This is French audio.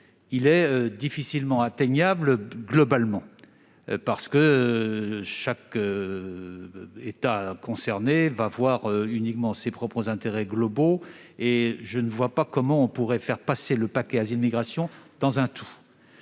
difficilement atteignables, parce que chaque État concerné verra uniquement ses propres intérêts. Je ne vois pas comment on pourrait faire passer le paquet asile-migration dans un tout.